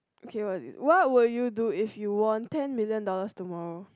okay what what will you do if you won ten million dollars tomorrow